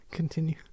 Continue